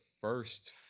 first